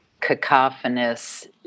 cacophonous